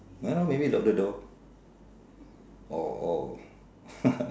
ah maybe lock the door oh oh